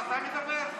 אתה מדבר?